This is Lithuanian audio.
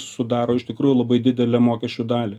sudaro iš tikrųjų labai didelę mokesčių dalį